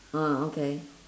ah okay